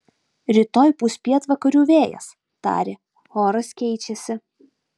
rytoj pūs pietvakarių vėjas tarė oras keičiasi